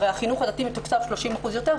הרי החינוך הדתי מתוקצב ב-30% יותר,